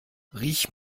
riech